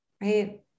right